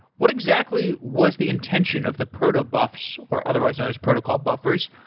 what exactly was the intention of the proto buffs or otherwise known as protocol buffers?